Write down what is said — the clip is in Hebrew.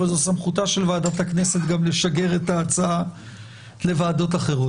אבל בסמכותה של ועדת הכנסת גם לשגר את ההצעה לוועדות אחרות.